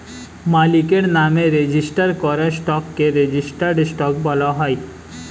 মালিকের নামে রেজিস্টার করা স্টককে রেজিস্টার্ড স্টক বলা হয়